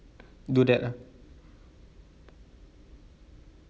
do that lah